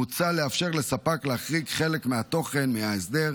מוצע לאפשר לספק להחריג חלק מהתוכן מההסדר,